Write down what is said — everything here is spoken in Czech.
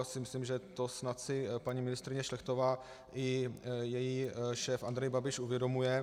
Já si myslím, že snad si to paní ministryně Šlechtová i její šéf Andrej Babiš uvědomuje.